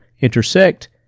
intersect